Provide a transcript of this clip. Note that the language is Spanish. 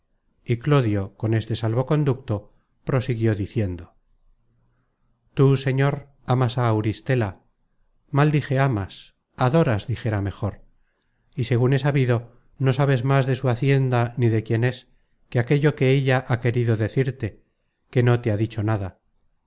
y clodio con este salvoconduto prosiguió diciendo tú señor amas á auristela mal dije amas adoras dijera mejor y segun he sabido no sabes más de su hacienda ni de quién es que aquello que ella ha querido decirte que no te ha dicho nada